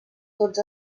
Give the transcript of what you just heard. tots